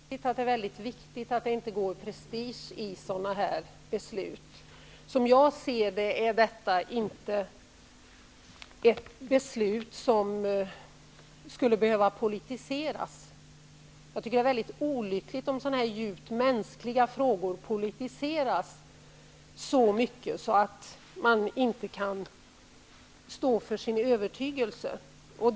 Herr talman! Jag tycker att det är helt riktigt, och viktigt, att det inte går prestige i sådana här beslut. Som jag ser det är detta inte något beslut som skall behöva politiseras. Det är olyckligt om sådana här djupt mänskliga frågor politiseras så mycket att man inte kan stå för sin övertygelse.